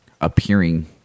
appearing